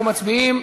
אנחנו מצביעים.